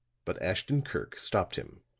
but ashton-kirk stopped him.